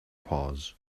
paws